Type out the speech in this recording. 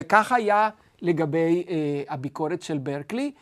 ‫וכך היה לגבי הביקורת של ברקלי.